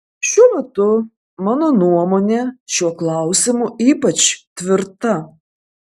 šiuo metu mano nuomonė šiuo klausimu ypač tvirta